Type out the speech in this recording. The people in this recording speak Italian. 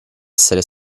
essere